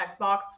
Xbox